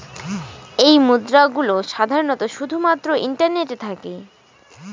এই মুদ্রা গুলো সাধারনত শুধু মাত্র ইন্টারনেটে থাকে